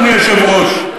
אדוני היושב-ראש: